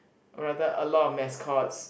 rather a lot of mascots